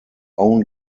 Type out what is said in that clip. own